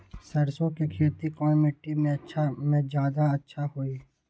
सरसो के खेती कौन मिट्टी मे अच्छा मे जादा अच्छा होइ?